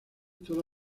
toda